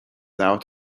out